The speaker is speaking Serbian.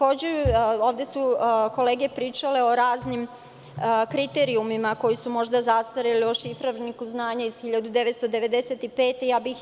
Ovde su kolege pričale o raznim kriterijumima koji su možda zastareli, o šifarniku znanja iz 1995. godine.